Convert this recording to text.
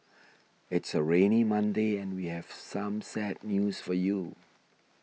it's a rainy Monday and we have some sad news for you